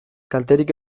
kalterik